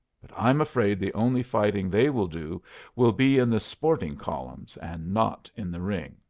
but i'm afraid the only fighting they will do will be in the sporting columns, and not in the ring.